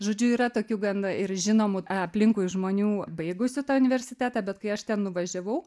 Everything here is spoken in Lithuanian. žodžiu yra tokių gan ir žinomų aplinkui žmonių baigusių tą universitetą bet kai aš ten nuvažiavau